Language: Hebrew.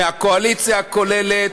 מהקואליציה הכוללת,